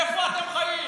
איפה אתם חיים?